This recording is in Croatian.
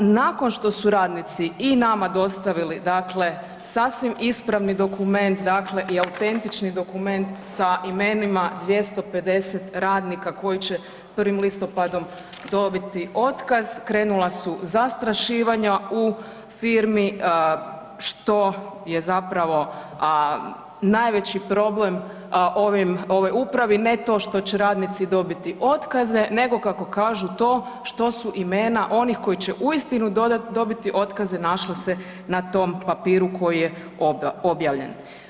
Nakon što su radnici i nama dostavili dakle sasvim ispravni dokument dakle i autentični dokument sa imenima 250 radnika koji će 1. listopadom dobiti otkaz, krenula su zastrašivanja u firmi što je zapravo a najveći problem ove upravi, ne to što će radnici dobiti otkaze nego kako kažu, to što su imena onih koji će uistinu dobiti otkaze, našlo se na tom papiru koji je objavljen.